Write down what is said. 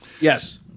Yes